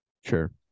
Sure